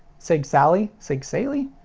sigsally? sigsalie?